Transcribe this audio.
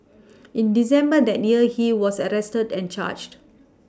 in December that near he was arrested and charged